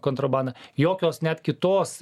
kontrabanda jokios net kitos